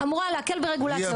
אמורה להקל ברגולציה,